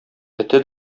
эте